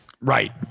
Right